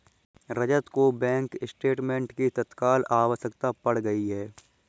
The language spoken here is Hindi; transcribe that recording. रजत को बैंक स्टेटमेंट की तत्काल आवश्यकता पड़ गई है